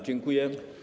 Dziękuję.